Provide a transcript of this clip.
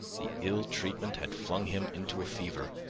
the ill treatment had flung him into a fever,